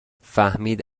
فهمید